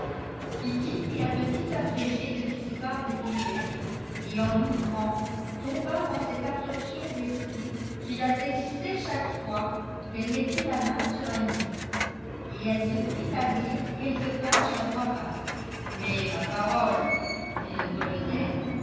kitty prit un petit abrégé de l'histoire de québec et en l'ouvrant tomba dans cette absorption d'esprit qui la saisissait chaque fois qu'elle mettait la main sur un livre et elle se prit à lire quelques pages à voix basse mais ma parole dit le colonel